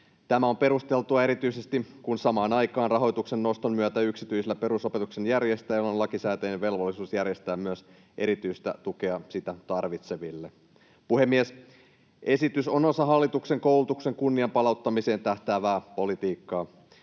Tämä on perusteltua erityisesti, kun samaan aikaan rahoituksen noston myötä yksityisillä perusopetuksen järjestäjillä on lakisääteinen velvollisuus järjestää myös erityistä tukea sitä tarvitseville. Puhemies! Esitys on osa hallituksen koulutuksen kunnian palauttamiseen tähtäävää politiikkaa.